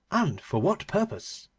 and for what purpose